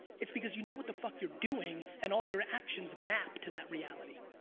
it's because you know what the fuck you're doing and all your actions mapped to that reality.